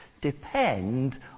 depend